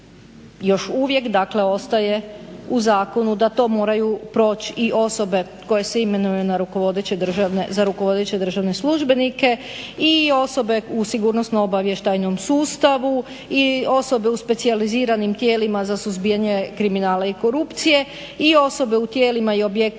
Još uvijek dakle ostaje u zakonu da to moraju proći i osobe koje se imenuju za rukovodeće državne službenike i osobe u sigurnosno-obavještajnom sustavu i osobe u specijaliziranim tijelima za suzbijanje kriminala i korupcije i osobe u tijelima i objektima